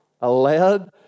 allowed